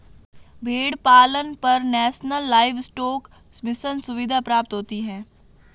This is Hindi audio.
भेड़ पालन पर नेशनल लाइवस्टोक मिशन सुविधा प्राप्त होती है